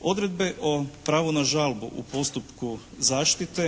Odredbe o pravu na žalbu u postupku zaštite